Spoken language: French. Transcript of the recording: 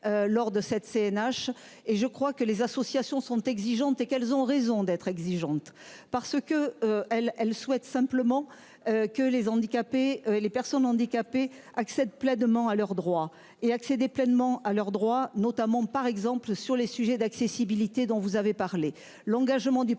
Lors de cette CNH et je crois que les associations sont exigeantes et qu'elles ont raison d'être exigeante. Parce que elle elle souhaite simplement que les handicapés et les personnes handicapées accède pleinement à leurs droits et accéder pleinement à leurs droits notamment par exemple sur les sujets d'accessibilité dont vous avez parlé,